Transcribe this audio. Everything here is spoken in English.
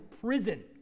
prison